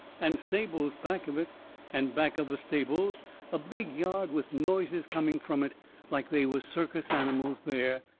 and stables back of it and back of the stables a big yard with noises coming from it like they was circus animals there.